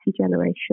generation